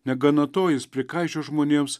negana to jis prikaišiojo žmonėms